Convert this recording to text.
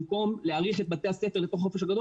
במקום להאריך את בתי הספר לתוך החופש הגדול